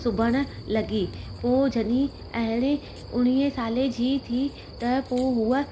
सिबण लॻी पो जॾहिं अहिड़े उणिवीह साले जी थी त पोइ उहा